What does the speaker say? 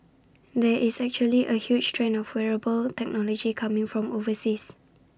there is actually A huge trend of wearable technology coming from overseas